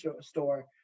store